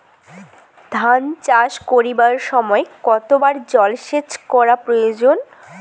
ধান চাষ করিবার সময় কতবার জলসেচ করা প্রয়োজন?